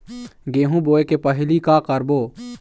गेहूं बोए के पहेली का का करबो?